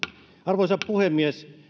arvoisa puhemies